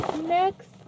next